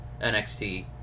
nxt